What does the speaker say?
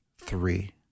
three